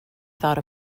thought